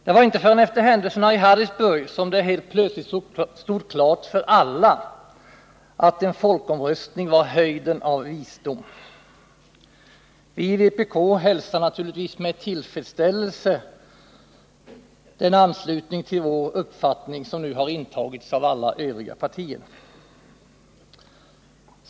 Det var inte förrän efter händelserna i Harrisburg som det helt plötsligt stod klart för alla att en folkomröstning var höjden av visdom. Vi i vpk hälsar naturligtvis med tillfredsställelse denna anslutning till vår uppfattning från alla övriga partier.